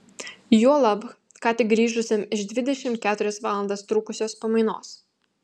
juolab ką tik grįžusiam iš dvidešimt keturias valandas trukusios pamainos